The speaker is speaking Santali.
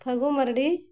ᱯᱷᱟᱹᱜᱩ ᱢᱟᱨᱰᱤ